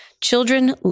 Children